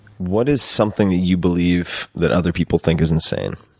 what is something you believe, that other people think is insane?